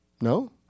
No